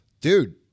dude